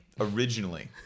originally